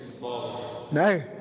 No